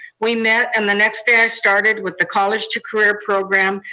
we met, and the next day i started with the college to career program.